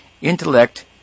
Intellect